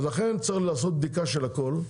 אז לכן צריך לעשות בדיקה של הכל.